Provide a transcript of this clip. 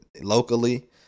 locally